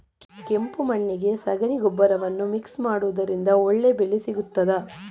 ಕೆಂಪು ಮಣ್ಣಿಗೆ ಸಗಣಿ ಗೊಬ್ಬರವನ್ನು ಮಿಕ್ಸ್ ಮಾಡುವುದರಿಂದ ಒಳ್ಳೆ ಬೆಳೆ ಸಿಗುತ್ತದಾ?